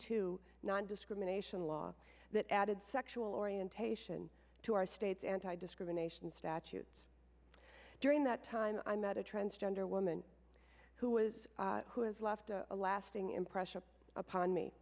two nondiscrimination law that added sexual orientation to our state's anti discrimination statutes during that time i met a transgender woman who was who has left a lasting impression upon